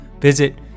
Visit